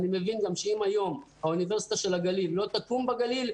אם היום האוניברסיטה של הגליל לא תקום בגליל,